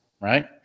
right